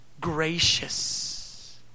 gracious